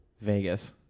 Vegas